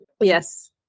Yes